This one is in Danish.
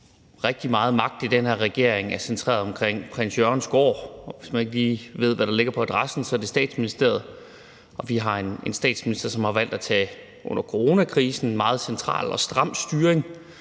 rigtig meget magt i den her regering er centreret omkring Prins Jørgens Gård. Hvis man ikke lige ved, hvad der ligger på adressen, så er det Statsministeriet, og vi har en statsminister, som under coronakrisen har valgt at tage en meget central og stram styring